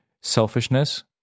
selfishness